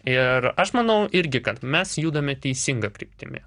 ir aš manau irgi kad mes judame teisinga kryptimi